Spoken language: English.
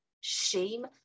shame